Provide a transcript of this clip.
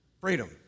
freedom